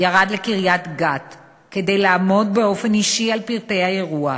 ירד לקריית-גת כדי לעמוד באופן אישי על פרטי האירוע.